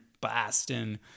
Boston